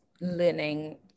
learning